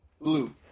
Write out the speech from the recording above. Blue